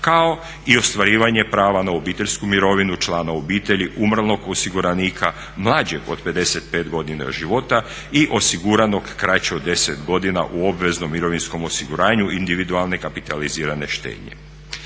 kao i ostvarivanje prava na obiteljsku mirovinu, člana obitelji, umrlog osiguranika mlađeg od 55 godina života i osiguranog kraće od 10 godina u obveznom mirovinskom osiguranju individualne kapitalizirane štednje.